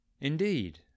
Indeed